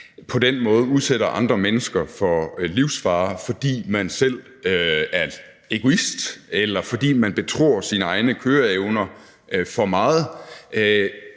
på den måde udsætter andre mennesker for livsfare, fordi man selv er egoist, eller fordi man betror sine egne køreevner for meget.